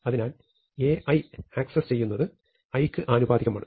അതിനാൽ Ai access ചെയ്യുന്നത് i യ്ക്ക് ആനുപാതികമാണ്